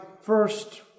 first